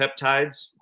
peptides